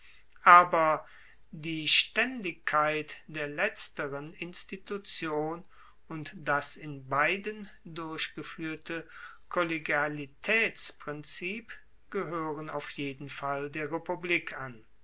aber die staendigkeit der letzteren institution und das in beiden durchgefuehrte kollegialitaetsprinzip gehoeren auf jeden fall der republik an